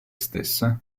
stesse